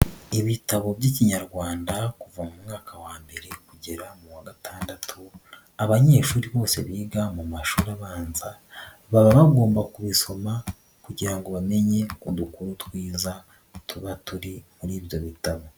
Ibitabo by'Ikinyarwanda kuva mu mwaka wa mbere kugera mu wa gatandatu, abanyeshuri bose biga mu mashuri abanza, baba bagomba kubisoma kugira bamenye udukuru twiza tuba turi muri ibyo bitabo.